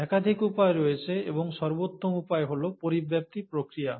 একাধিক উপায় রয়েছে এবং সর্বোত্তম উপায় হল পরিব্যাপ্তি প্রক্রিয়া